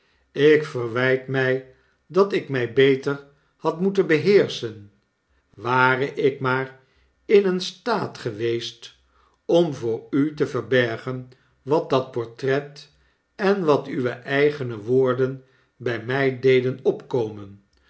ik verwyt my dat ik my beter had moeten beheerschen ware ik maar in een staat geweest om voor u te verbergen wat dat portret en wat uwe eigene woorden bij my deden opkomen